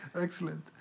excellent